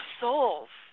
souls